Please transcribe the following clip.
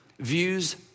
views